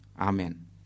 Amen